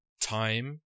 time